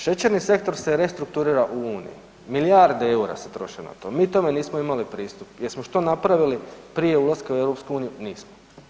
Šećerni sektor se restrukturira u uniji, milijarde EUR-a se troše na to, mi tome nismo imali pristup, jesmo što napravili prije ulaska u EU, nismo.